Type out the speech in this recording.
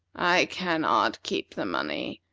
i cannot keep the money,